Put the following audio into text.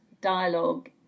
dialogue